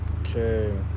Okay